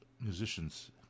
musicians